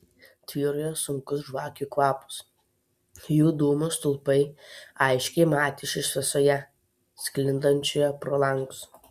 tvyrojo sunkus žvakių kvapas jų dūmų stulpai aiškiai matėsi šviesoje sklindančioje pro langus